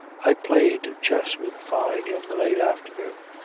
i played chess with fyne in the late afternoon,